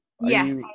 Yes